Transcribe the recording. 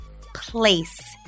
place